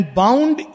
bound